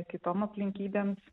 kitom aplinkybėms